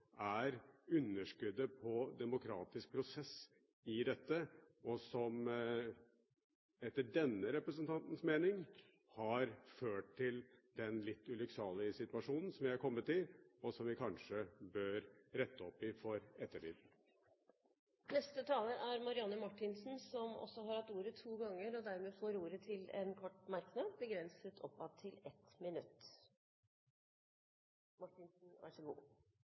er underskuddet på demokratisk prosess i dette, og som, etter denne representantens mening, har ført til den litt ulykksalige situasjonen som vi er kommet i, og som vi kanskje bør rette opp i for ettertiden. Representanten Marianne Marthinsen har hatt ordet to ganger tidligere og får ordet til en kort merknad, begrenset til 1 minutt. Det er jo fint at representanten Astrup er opptatt av klima, men så